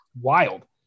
wild